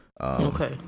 okay